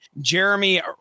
Jeremy